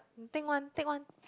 take one take one